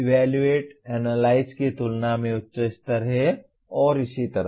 evaluate analyse की तुलना में उच्च स्तर है और इसी तरह